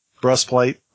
breastplate